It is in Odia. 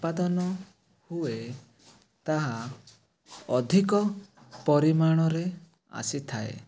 ଉତ୍ପାଦନ ହୁଏ ତାହା ଅଧିକ ପରିମାଣରେ ଆସିଥାଏ